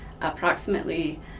approximately